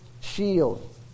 shield